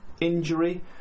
injury